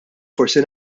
forsi